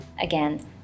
Again